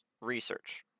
research